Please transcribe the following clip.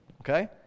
okay